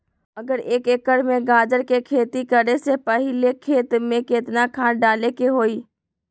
अगर एक एकर में गाजर के खेती करे से पहले खेत में केतना खाद्य डाले के होई?